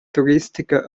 turistica